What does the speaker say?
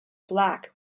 black